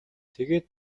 тэгээд